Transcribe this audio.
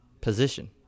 position